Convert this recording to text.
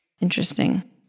interesting